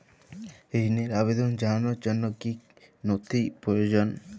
ঋনের আবেদন জানানোর জন্য কী কী নথি প্রয়োজন?